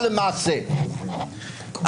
והציבור האדיר שם בחוץ שאני מצדיע לו,